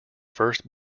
first